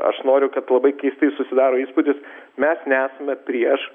aš noriu kad labai keistai susidaro įspūdis mes nesame prieš